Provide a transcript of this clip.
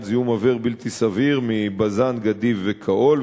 זיהום אוויר בלתי סביר מבז"ן "גדיב" וכאו"ל,